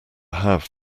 have